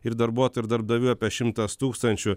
ir darbuotojų ir darbdavių apie šimtas tūkstančių